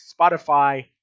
Spotify